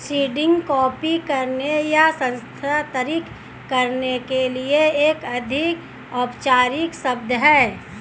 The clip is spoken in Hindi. सीडिंग कॉपी करने या स्थानांतरित करने के लिए एक अधिक औपचारिक शब्द है